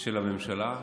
של הממשלה,